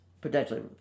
potentially